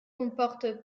comporte